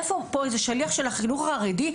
איפה יש שליח של החינוך החרדי?